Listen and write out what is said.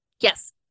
Yes